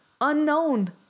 Unknown